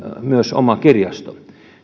myös oma kirjasto